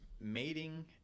mating